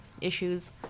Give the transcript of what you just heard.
issues